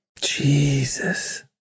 Jesus